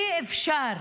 אי-אפשר